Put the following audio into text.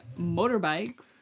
motorbikes